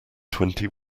twenty